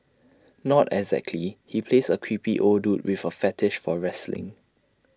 not exactly he plays A creepy old dude with A fetish for wrestling